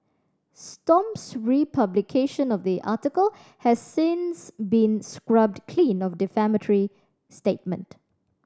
stomp's republication of the article has since been scrubbed clean of the defamatory statement